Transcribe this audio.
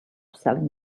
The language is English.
selling